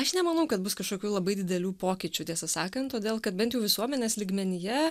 aš nemanau kad bus kažkokių labai didelių pokyčių tiesą sakant todėl kad bent jau visuomenės lygmenyje